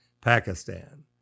Pakistan